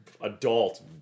adult